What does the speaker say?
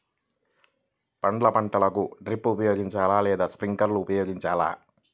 పండ్ల పంటలకు డ్రిప్ ఉపయోగించాలా లేదా స్ప్రింక్లర్ ఉపయోగించాలా?